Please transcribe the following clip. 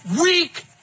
weak